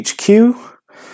HQ